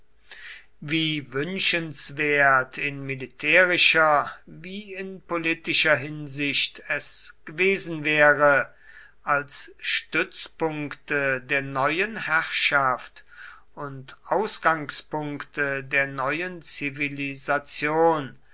wie wünschenswert in militärischer wie in politischer hinsicht es gewesen wäre als stützpunkte der neuen herrschaft und ausgangspunkte der neuen zivilisation